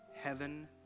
heaven